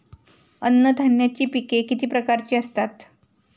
अन्नधान्याची पिके किती प्रकारची असतात?